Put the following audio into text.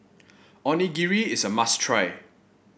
onigiri is a must try